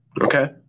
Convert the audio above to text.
Okay